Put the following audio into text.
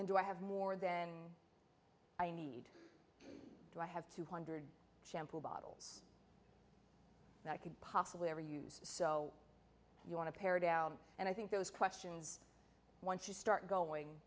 and do i have more then i need do i have two hundred shampoo bottles that i could possibly ever use so you want to pare down and i think those questions once you start going